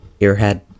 earhead